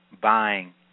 buying